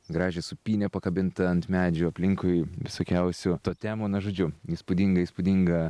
gražią supynę pakabintą ant medžių aplinkui visokiausių totemų na žodžiu įspūdinga įspūdinga